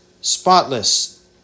spotless